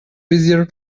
bezier